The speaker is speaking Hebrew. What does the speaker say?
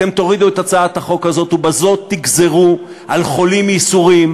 אתם תורידו את הצעת החוק הזאת ובזאת תגזרו על חולים ייסורים,